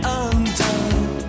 undone